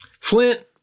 Flint